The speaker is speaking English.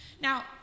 Now